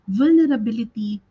vulnerability